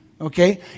okay